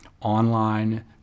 online